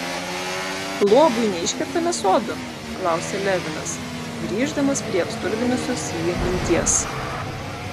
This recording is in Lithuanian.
luobui neiškertame sodo klausė levinas grįždamas prie apstulbinusios jį minties